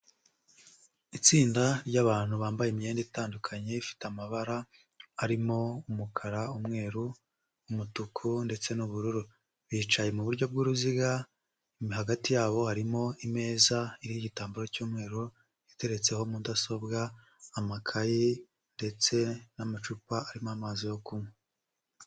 Itsinda ry'abantu bambaye imyenda itandukanye ifite amabara arimo umukara, umweru , umutuku, ndetse n'ubururu, bicaye mu buryo bw'uruziga, hagati yabo harimo imeza iriho igitambaro cy'umweru iteretseho mudasobwa, amakaye ndetse n'amacupa arimo amazi yo kunywa.